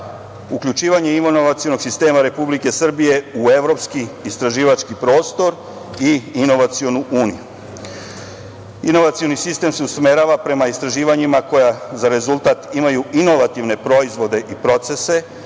uključivanje inovacionog sistema Republike Srbije u evropski istraživački prostor i inovacionu uniju. Inovacioni sistem se usmerava prema istraživanjima koja za rezultat imaju inovativne proizvode i procese